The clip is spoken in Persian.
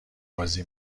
بازی